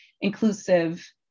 inclusive